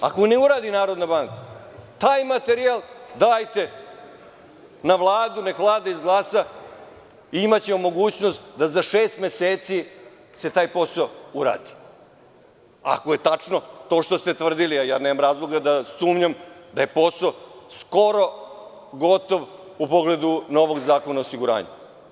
Ako ne uradi Narodna banka, taj materijal dajte na Vladu, neka Vlada izglasa i imaćemo mogućnost da za šest meseci se taj posao uradi, ako je tačno to što ste tvrdili, a ja nemam razloga da sumnjam da je posao skoro gotov u pogledu novog Zakona o osiguranju.